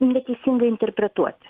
neteisingai interpretuoti